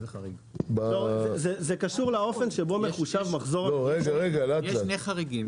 יש שני חריגים.